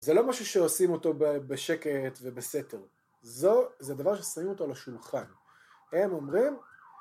זה לא משהו שעושים אותו בשקט ובסתר, זה דבר ששים אותו לשולחן, הם אומרים